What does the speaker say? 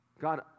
God